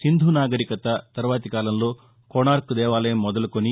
సింధు నాగరికత తర్వాతి కాలంలో కోణార్క్ దేవాలయం మొదలుకుని